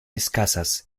escasas